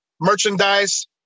merchandise